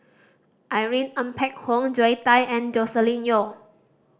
Irene Ng Phek Hoong Zoe Tay and Joscelin Yeo